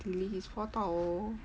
really he's